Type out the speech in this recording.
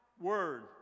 word